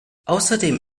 außerdem